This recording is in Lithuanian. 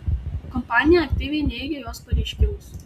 kompanija aktyviai neigia jos pareiškimus